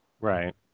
Right